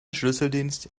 schlüsseldienst